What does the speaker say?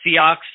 Seahawks